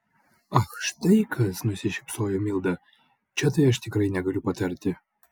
ach štai kas nusišypsojo milda čia tai aš tikrai negaliu patarti